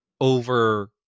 over